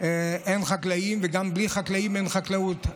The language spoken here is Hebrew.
אין חקלאים וגם בלי חקלאים אין חקלאות,